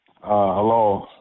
Hello